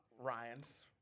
Ryan's